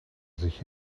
sich